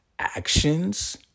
actions